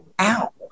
Ow